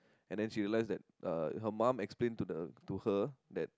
and then she realise that uh her mum explain to the to her that